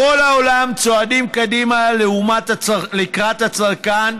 בכל העולם צועדים קדימה לקראת הצרכן,